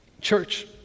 Church